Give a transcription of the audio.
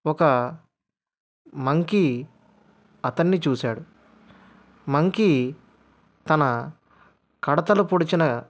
ఒక మంకీ అతన్ని చూశాడు మంకీ తన కడతలు పొడిచిన